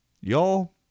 y'all